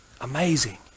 amazing